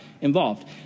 involved